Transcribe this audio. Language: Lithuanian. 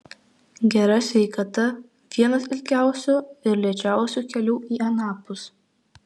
gera sveikata vienas ilgiausių ir lėčiausių kelių į anapus